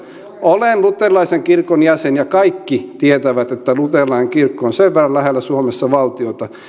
olen luterilaisen kirkon jäsen ja kaikki tietävät että luterilainen kirkko on sen verran lähellä suomessa valtiota